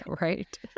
right